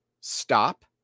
stop